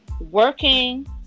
working